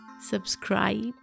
subscribe